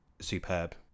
superb